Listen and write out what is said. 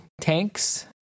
tanks